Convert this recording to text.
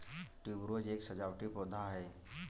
tuberose एक सजावटी पौधा है